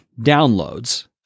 downloads